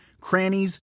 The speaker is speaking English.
crannies